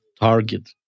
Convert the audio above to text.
target